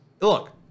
look